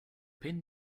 pin